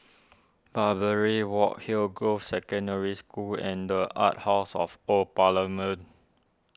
Barbary Walk Hillgrove Secondary School and the Arts House of Old Parliament